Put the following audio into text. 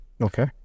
Okay